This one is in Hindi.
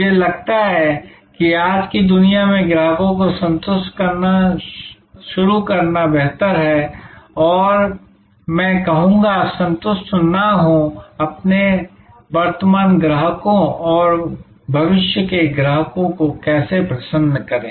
मुझे लगता है कि आज की दुनिया में ग्राहकों को संतुष्ट करना शुरू करना बेहतर है और मैं कहूंगा कि संतुष्ट न हों अपने वर्तमान ग्राहकों और भविष्य के ग्राहकों को कैसे प्रसन्न करें